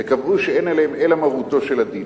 וקבעו שאין עליהם אלא מרותו של הדין.